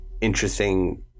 interesting